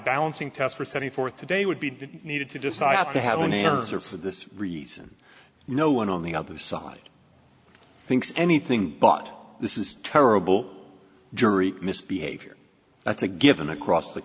balancing test for setting forth today would be did need to decide i have to have an answer for this reason no one on the other side thinks anything but this is terrible jury misbehavior that's a given across the